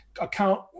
account